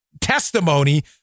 testimony